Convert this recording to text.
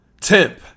Temp